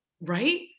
right